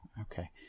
Okay